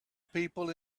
people